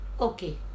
Okay